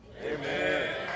Amen